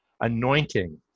anointing